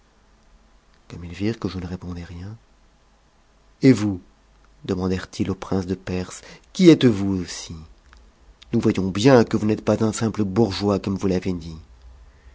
comme ils virent que je ne répondais rien et vous demandèrent ils au prince de perse qui êtes-vous aussi nous voyons bien que vous n'êtes pas un simple bourgeois comme vous l'avez dit